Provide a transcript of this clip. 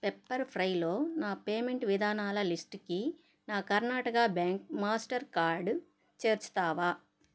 pepper ఫ్రైలో నా payment విధానాల లిస్టుకి నా కర్ణాటక బ్యాంక్ మాస్టర్ కార్డు చేర్చుతావా